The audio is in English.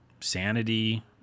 sanity